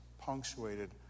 punctuated